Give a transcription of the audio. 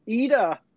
Ida